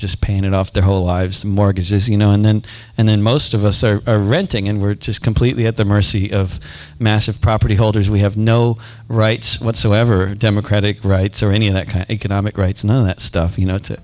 just paying it off their whole lives mortgages you know and then and then most of us are renting and we're just completely at the mercy of massive property holders we have no rights whatsoever democratic rights or any of that kind economic rights none of that stuff you know to